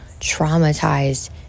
traumatized